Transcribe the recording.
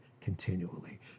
continually